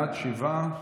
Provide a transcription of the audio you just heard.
בעד, שבעה,